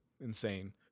insane